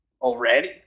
Already